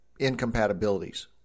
incompatibilities